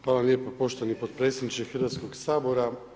Hvala lijepa poštovani potpredsjedniče Hrvatskog sabora.